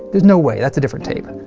there's no way. that's a different tape,